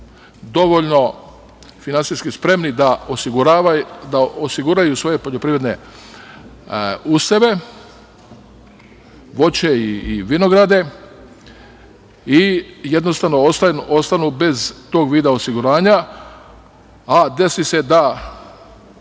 dovoljno finansijski spremni da osiguraju svoje poljoprivredne useve, voće i vinograde i jednostavno ostanu bez tog vida osiguranja, a desi se da